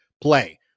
play